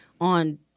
on